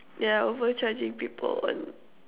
yeah overcharging people on